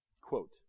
quote